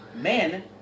Men